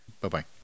Bye-bye